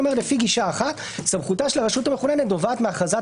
היא אומרת שלפי גישה אחת סמכותה של הרשות המכוננת נובעת מהכרזת